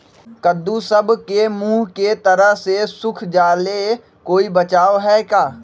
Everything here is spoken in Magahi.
कददु सब के मुँह के तरह से सुख जाले कोई बचाव है का?